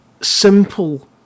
simple